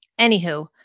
Anywho